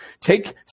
Take